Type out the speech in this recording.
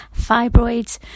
fibroids